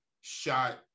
shot